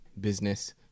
business